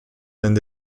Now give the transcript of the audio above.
and